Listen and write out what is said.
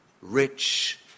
Rich